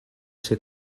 ser